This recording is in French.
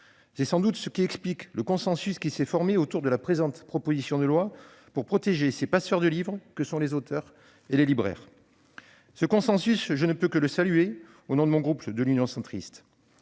C'est sans doute ce qui explique le consensus qui s'est formé autour de la présente proposition de loi pour protéger ces passeurs de livres que sont les auteurs et les libraires. Ce consensus, je ne peux que le saluer au nom de mon groupe Union Centriste.